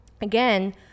again